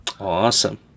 Awesome